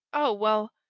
oh, well!